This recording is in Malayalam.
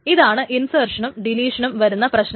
ഇതാണ് ഇൻസേർഷനും ഡെലീഷനും വരുന്ന പ്രശ്നങ്ങൾ